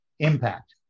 Impact